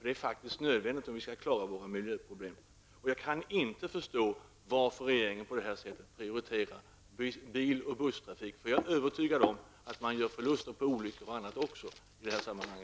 Det är faktiskt nödvändigt om vi skall klara våra miljöproblem. Jag kan inte förstå varför regeringen på det här sättet prioriterar bil och busstrafik. Jag är nämligen övertygad om att man gör förluster på olyckor och annat också i detta sammanhang.